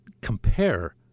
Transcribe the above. compare